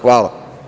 Hvala.